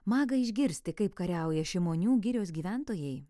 maga išgirsti kaip kariauja šimonių girios gyventojai